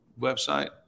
website